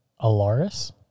Alaris